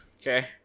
Okay